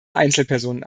einzelpersonen